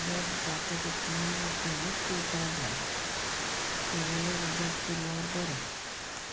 उदक जाता तितलें उकळुनूच पिवपा जाय उकयळ्ळेलें उदक पिल्यार बरें